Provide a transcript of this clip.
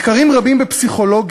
מחקרים רבים בפסיכולוגיה,